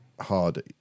hard